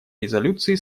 резолюции